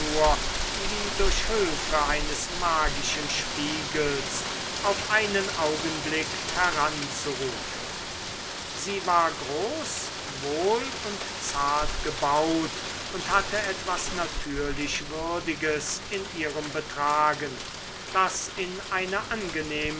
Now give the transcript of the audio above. wie durch hülfe eines magischen spiegels auf einen augenblick heranzurufen sie war groß wohl und zart gebaut und hatte etwas natürlich würdiges in ihrem betragen das in eine angenehme